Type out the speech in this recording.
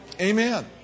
Amen